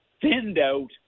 thinned-out